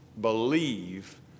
believe